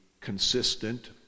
consistent